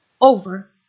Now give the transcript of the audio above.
Over